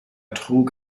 trug